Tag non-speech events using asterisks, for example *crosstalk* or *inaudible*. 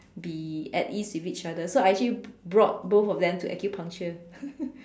be at ease with each other so I actually brought both of them to acupuncture *laughs*